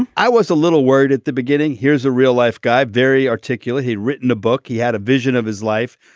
and i was a little worried at the beginning. here's a real life guy very articulate he'd written a book. he had a vision of his life.